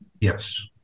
Yes